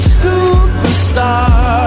superstar